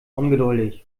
ungeduldig